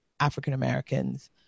African-Americans